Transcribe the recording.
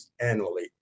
annually